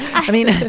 i mean.